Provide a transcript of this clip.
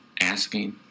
asking